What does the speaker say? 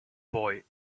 boy